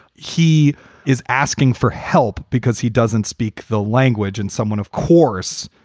he is asking for help because he doesn't speak the language. and someone, of course,